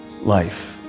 life